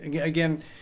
again